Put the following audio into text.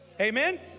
Amen